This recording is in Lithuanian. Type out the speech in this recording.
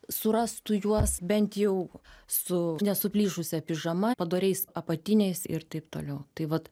surastų juos bent jau su nesuplyšusia pižama padoriais apatiniais ir taip toliau tai vat